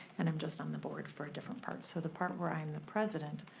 and i'm just on the board for different parts. so the part where i'm the president,